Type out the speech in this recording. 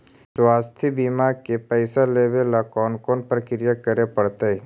स्वास्थी बिमा के पैसा लेबे ल कोन कोन परकिया करे पड़तै?